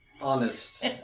Honest